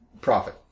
profit